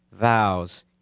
vows